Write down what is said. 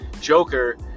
joker